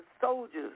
soldiers